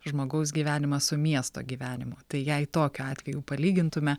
žmogaus gyvenimą su miesto gyvenimu tai jei tokiu atveju palygintume